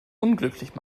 unglücklich